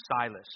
Silas